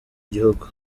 gihugu